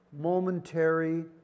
momentary